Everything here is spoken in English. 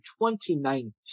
2019